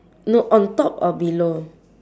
no on top or below